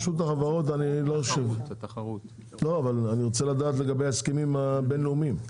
אני רוצה לדעת לגבי ההסכמים הבין-לאומיים.